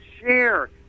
Share